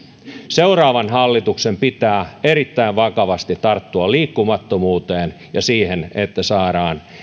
seuraavan hallituksen pitää erittäin vakavasti tarttua liikkumattomuuteen ja siihen että saadaan